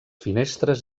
finestres